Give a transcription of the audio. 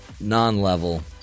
non-level